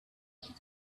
did